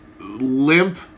limp